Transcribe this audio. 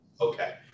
Okay